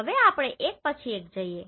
હવે આપણે એક પછી એક જઈએ